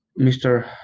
Mr